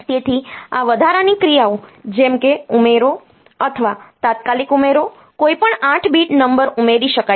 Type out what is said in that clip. તેથી આ વધારાની ક્રિયાઓ જેમ કે ઉમેરો અથવા તાત્કાલિક ઉમેરો કોઈપણ 8 બીટ નંબર ઉમેરી શકાય છે